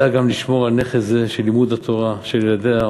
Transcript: לשמור על נכס זה של לימוד" התורה של ילדיה,